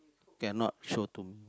okay I'm not sure too